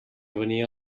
venia